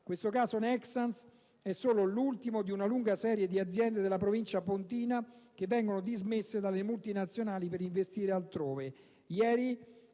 Il caso Nexans è solo l'ultimo di una lunga serie di aziende della provincia pontina che vengono dismesse dalle multinazionali per investire altrove.